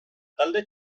talde